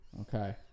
Okay